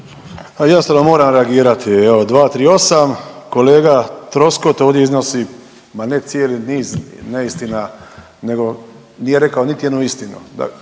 moram reagirati, evo, 238. Kolega Troskot ovdje iznosi, pa ne cijeli niz neistina, nego nije rekao niti jednu istina.